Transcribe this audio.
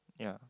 ya